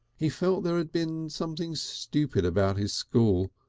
he felt there had been something stupid about his school,